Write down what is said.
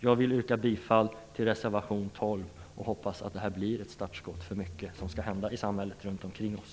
Jag vill yrka bifall till reservation 12 och hoppas att det här blir ett startskott för mycket som skall hända i samhället runt omkring oss.